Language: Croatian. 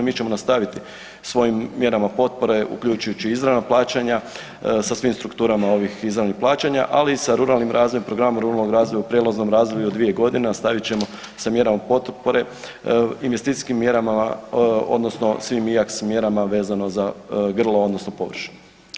Mi ćemo nastaviti svojim mjerama potpore uključujući izravna plaćanja sa svim strukturama ovih izravnih plaćanja, ali i sa ruralnim razvojem, programom ruralnog razvoja u prijelaznom razdoblju od 2 godine, nastavit ćemo sa mjerama potpore, investicijskim mjerama odnosno …/nerazumljivo/… vezano za grla odnosno površinu.